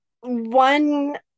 One